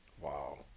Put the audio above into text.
Wow